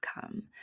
come